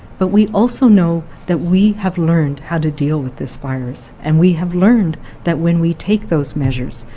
but we also know that we have learned how to deal with this virus, and we have learned that when we take those measures,